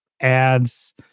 ads